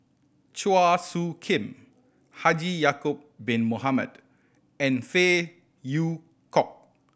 Chua Soo Khim Haji Ya'acob Bin Mohamed and Phey Yew Kok